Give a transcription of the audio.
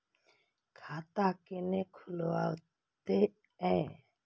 खाता केना खुलतै यो